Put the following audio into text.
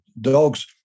dogs